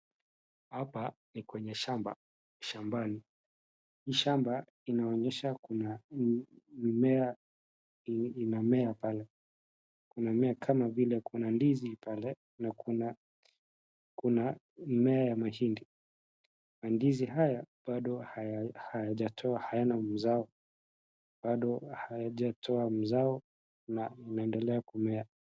Hapa ni kwenye shamba shambani. Shamba inaonyesha kuna mimea inamea pale. Kuna mimea kama vile kuna ndizi pale na kuna kuna mmea ya mahindi. Ndizi haya bado hayajatoa, hayana mzao. Bado hayajatoa mzao na inaendelea kumea.